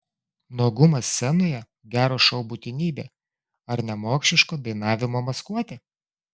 nuogumas scenoje gero šou būtinybė ar nemokšiško dainavimo maskuotė